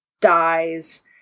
dies